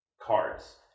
cards